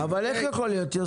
אבל איך יכול להיות, יוסי?